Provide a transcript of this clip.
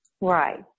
Right